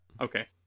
okay